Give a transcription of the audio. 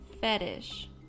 fetish